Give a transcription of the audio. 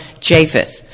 Japheth